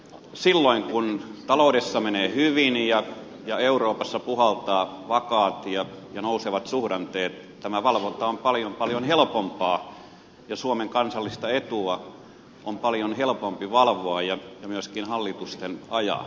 silloin kun taloudessa menee hyvin ja euroopassa puhaltavat vakaat ja nousevat suhdanteet tämä valvonta on paljon paljon helpompaa ja suomen kansallista etua on paljon helpompi valvoa ja myöskin hallitusten ajaa